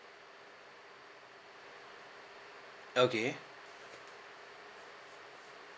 okay